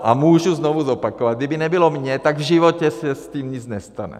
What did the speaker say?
A můžu znovu zopakovat, kdyby nebylo mě, tak v životě se s tím nic nestane.